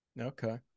Okay